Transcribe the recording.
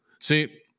See